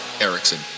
Erickson